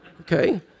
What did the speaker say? Okay